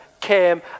came